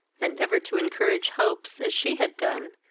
and never to encourage hopes, as she had done,